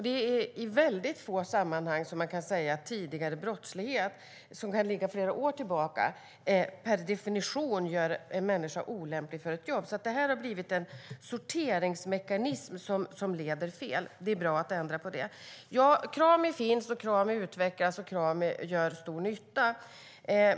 Det är i väldigt få sammanhang man kan säga att tidigare brottslighet, som kan ligga flera år tillbaka, per definition gör en människa olämplig för ett jobb. Detta har blivit en sorteringsmekanism som leder fel. Det är bra att ändra på det. Krami finns, utvecklas och gör stor nytta.